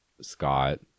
Scott